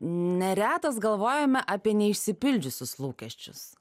neretas galvojame apie neišsipildžiusius lūkesčius